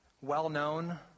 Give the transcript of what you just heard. well-known